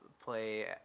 play